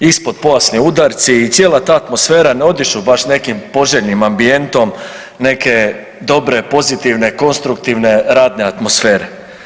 Ispod pojasni udarci i cijela ta atmosfera ne odišu baš nekim poželjnim ambijentom neke dobre pozitivne konstruktivne radne atmosfere.